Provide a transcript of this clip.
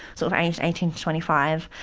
so of aged eighteen twenty five.